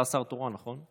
אתה שר תורן, נכון?